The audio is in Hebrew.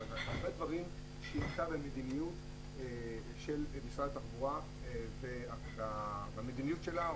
אבל הרבה דברים היא שינתה במדיניות של משרד התחבורה במדיניות שלה,